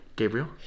Gabriel